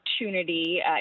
opportunity